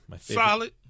Solid